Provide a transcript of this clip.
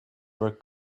were